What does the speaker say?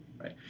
right